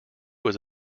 was